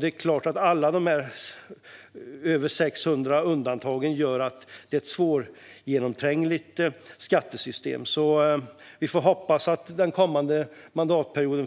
Det är klart att alla de över 600 undantagen gör att det är ett svårgenomträngligt skattesystem. Vi får hoppas, fru talman, att partierna den kommande mandatperioden